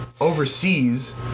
overseas